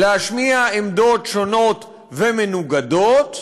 להשמיע עמדות שונות ומנוגדות